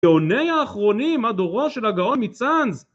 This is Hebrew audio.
טעוני האחרונים, מה דורו של הגאון מצאנז?